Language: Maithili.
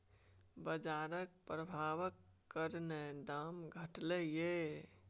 बजारक प्रभाबक कारणेँ दाम घटलै यै